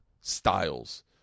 styles